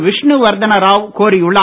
விஷ்ணு வர்த்தன ராவ் கோரியுள்ளார்